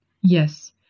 Yes